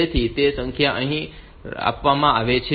તેથી તે સંખ્યા અહીં આપવામાં આવે છે